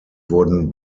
wurden